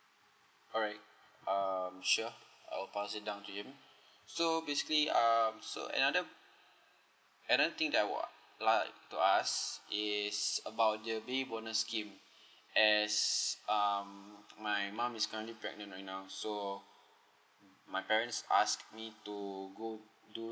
alright um sure I'll pass it down to him so basically um so another another thing that I would like to ask is about the baby bonus scheme as um my mom is currently pregnant right now so my parents asked me go do